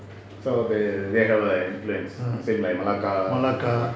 malacca